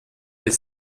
les